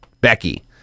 Becky